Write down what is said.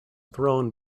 thrown